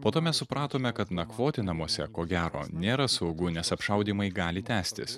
po to mes supratome kad nakvoti namuose ko gero nėra saugu nes apšaudymai gali tęstis